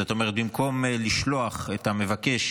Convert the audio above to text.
זאת אומרת, במקום לשלוח את המבקש